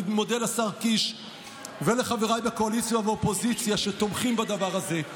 אני מודה לשר קיש ולחבריי בקואליציה ובאופוזיציה שתומכים בדבר הזה.